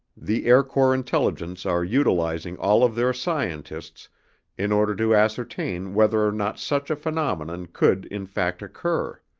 the air corps intelligence are utilizing all of their scientists in order to ascertain whether or not such a phenomenon could in fact occur.